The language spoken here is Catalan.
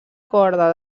corda